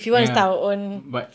ya but